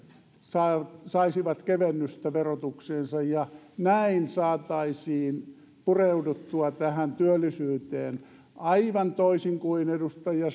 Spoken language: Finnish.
saisivat saisivat kevennystä verotukseensa ja näin saataisiin pureuduttua työllisyyteen aivan toisin kuin edustaja